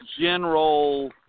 general